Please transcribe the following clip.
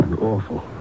awful